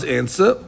answer